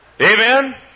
Amen